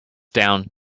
down